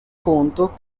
conto